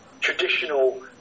traditional